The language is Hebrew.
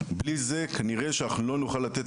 בלי זה כנראה שאנחנו לא נוכל לתת